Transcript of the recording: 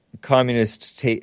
Communist